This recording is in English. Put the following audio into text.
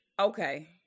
Okay